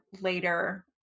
later